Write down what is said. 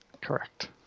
Correct